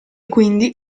quindi